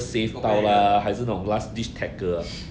popedighe